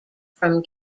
from